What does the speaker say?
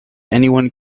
anyone